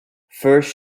first